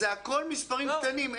זה הכול מספרים קטנים.